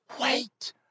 wait